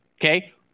okay